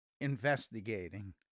investigating